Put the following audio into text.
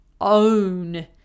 own